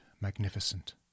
magnificent